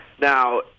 Now